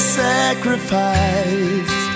sacrifice